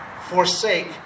forsake